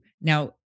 Now